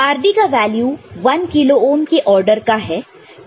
rd का value 1 किलो ohm के ऑर्डर का है